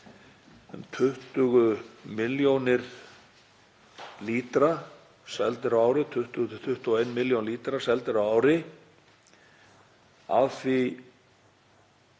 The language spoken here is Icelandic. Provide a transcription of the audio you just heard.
20–21 milljón lítra seldir á ári. Af því